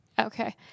Okay